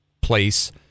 place